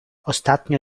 ostatnio